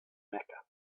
mecca